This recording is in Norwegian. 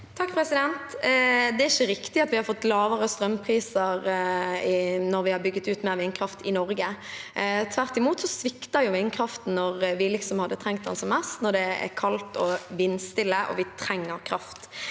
(R) Det er ikke riktig at vi har fått lavere strømpriser når vi har bygget ut mer vindkraft i Norge. Tvert imot svikter jo vindkraften når vi hadde trengt den som mest, når det er kaldt og vindstille og vi trenger kraft.